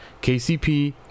KCP